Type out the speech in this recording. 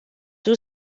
two